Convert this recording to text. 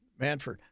Manford